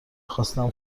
خواستم